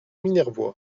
minervois